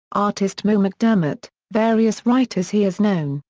artist mo mcdermott, various writers he has known,